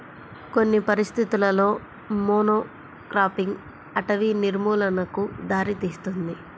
కొన్ని పరిస్థితులలో మోనోక్రాపింగ్ అటవీ నిర్మూలనకు దారితీస్తుంది